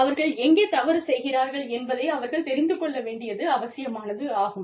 அவர்கள் எங்கே தவறு செய்கிறார்கள் என்பதை அவர்கள் தெரிந்து கொள்ள வேண்டியது அவசியமானதாகும்